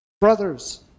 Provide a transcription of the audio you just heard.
Brothers